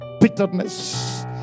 bitterness